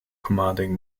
commanding